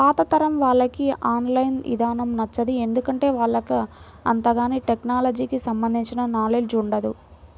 పాతతరం వాళ్లకి online ఇదానం నచ్చదు, ఎందుకంటే వాళ్లకు అంతగాని టెక్నలజీకి సంబంధించిన నాలెడ్జ్ ఉండదు